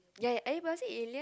ya anybody alien